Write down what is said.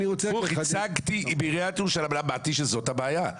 אמרתי שבעיריית ירושלים זאת הבעיה.